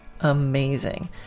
amazing